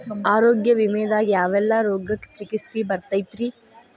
ಆರೋಗ್ಯ ವಿಮೆದಾಗ ಯಾವೆಲ್ಲ ರೋಗಕ್ಕ ಚಿಕಿತ್ಸಿ ಬರ್ತೈತ್ರಿ?